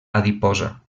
adiposa